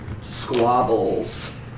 squabbles